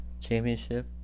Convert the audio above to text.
championship